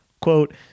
Quote